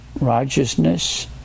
Righteousness